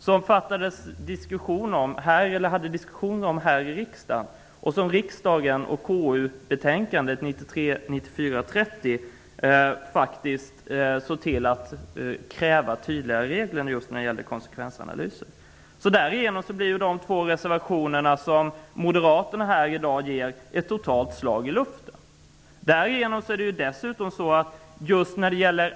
Den frågan har vi haft en diskussion om här i riksdagen, och konstitutionsutskottet krävde i sitt betänkande Härigenom blir moderaternas reservation till betänkandet helt ett slag i luften.